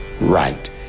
Right